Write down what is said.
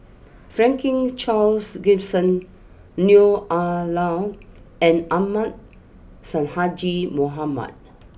Franklin Charles Gimson Neo Ah Lau and Ahmad Sonhadji Mohamad